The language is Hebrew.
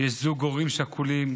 יש זוג הורים שכולים,